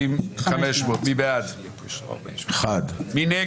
כל פעם שמתחלף --- אני רוצה לפתוח במקום